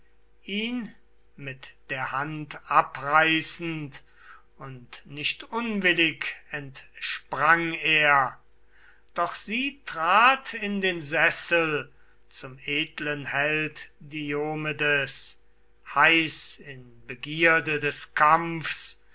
ihn mit der hand abreißend und nicht unwillig entsprang er doch sie trat in den sessel zum edlen held diomedes heiß in begierde des kampfs